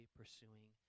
pursuing